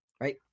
right